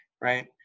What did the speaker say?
right